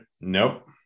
Nope